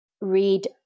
read